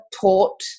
taught